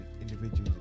individuals